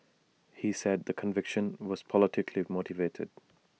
he said the conviction was politically motivated